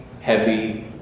heavy